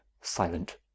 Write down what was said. silent